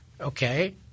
Okay